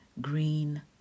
green